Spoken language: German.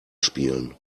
spielen